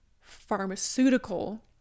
pharmaceutical